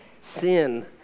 sin